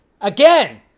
again